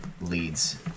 leads